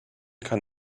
kann